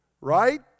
Right